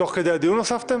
תוך כדי הדיון הוספתם?